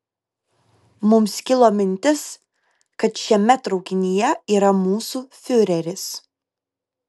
mums kilo mintis kad šiame traukinyje yra mūsų fiureris